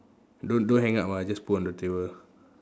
don't don't hang up ah just put on the table